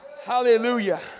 Hallelujah